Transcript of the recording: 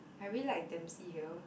I really like Dempsey Hill